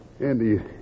Andy